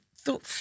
thought